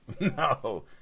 No